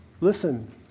listen